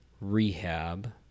rehab